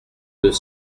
deux